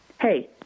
Hey